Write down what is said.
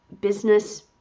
business